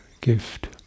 gift